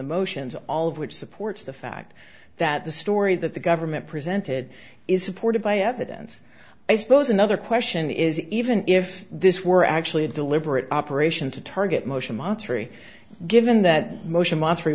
the motions all of which supports the fact that the story that the government presented is supported by evidence i suppose another question is even if this were actually a deliberate operation to target motion monetary given that motion mon